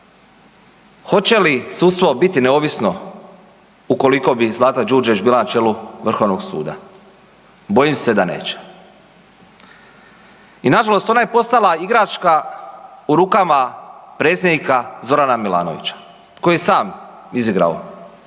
Hoće li sudstvo biti neovisno ukoliko bi Zlata Đurđević bila na čelu Vrhovnog suda, bojim se da neće. I nažalost ona je postala igračka u rukama predsjednika Zorana Milanovića koji sam je sam izigrao